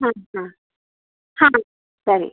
ಹಾಂ ಹಾಂ ಹಾಂ ಸರಿ